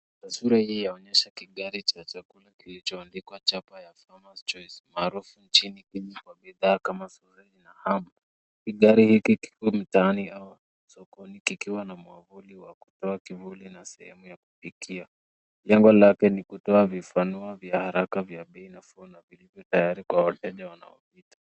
Taswira hii yaonyesha kigari cha chakula kilicho andikwa chapa ya farmer's choice maarufu nchini Kenya kwa bidhaa kama soseji na hamu. Kigari hiki kiko mtaani au kwa soko kikiwa na mwavuli wa kutoa kivuli na sehemu ya kupikia. Lengo lake ni kutoa vifanua vya haraka vya bei nafuu na vipo tayari kwa wateja wanao pita.